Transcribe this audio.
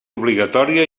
obligatòria